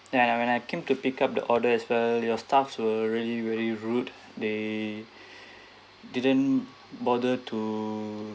ya when I came to pick up the order as well your staff were really really rude they didn't bother to